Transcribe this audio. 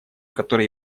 которые